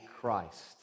Christ